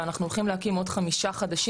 ואנחנו הולכים להקים עוד חמישה חדשים.